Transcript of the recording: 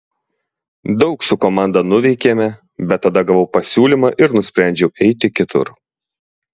daug su komanda nuveikėme bet tada gavau pasiūlymą ir nusprendžiau eiti kitur